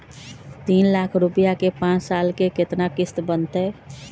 तीन लाख रुपया के पाँच साल के केतना किस्त बनतै?